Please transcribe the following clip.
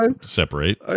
separate